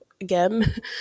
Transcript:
again